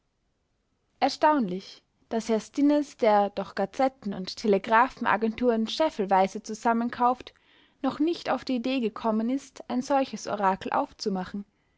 erstaunlich daß herr stinnes der doch gazetten und telegraphenagenturen scheffelweise zusammenkauft noch nicht auf die idee gekommen ist ein solches orakel aufzumachen